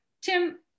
Tim